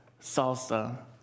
salsa